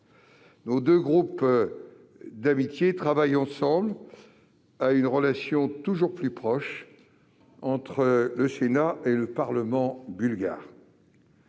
Nos deux groupes d'amitié travaillent ensemble à une relation toujours plus proche entre le Sénat et le Parlement bulgare.